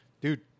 dude